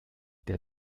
der